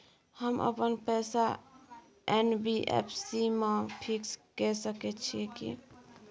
हम अपन पैसा एन.बी.एफ.सी म फिक्स के सके छियै की?